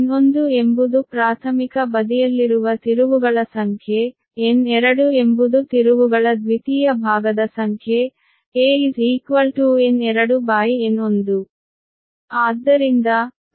N1 ಎಂಬುದು ಪ್ರಾಥಮಿಕ ಬದಿಯಲ್ಲಿರುವ ತಿರುವುಗಳ ಸಂಖ್ಯೆ N2 ಎಂಬುದು ತಿರುವುಗಳ ದ್ವಿತೀಯ ಭಾಗದ ಸಂಖ್ಯೆ a N2N1